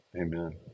Amen